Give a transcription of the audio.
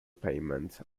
payments